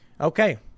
Okay